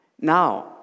Now